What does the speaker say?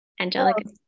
Angelica